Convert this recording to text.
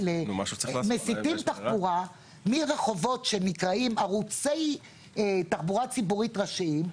מסיטים תחבורה מרחובות שנקראים "ערוצי תחבורה ציבורית ראשיים",